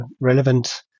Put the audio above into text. relevant